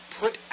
put